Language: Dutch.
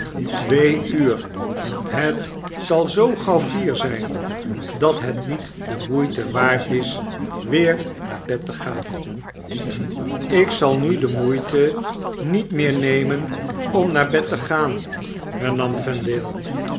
twee uur het zal zoo gauw vier zyn dat het niet de moeite waard is weer naar bed te gaan lk zal nu de moeite niet meer nemen om naar bed te gaan